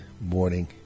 morning